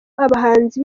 abahanzi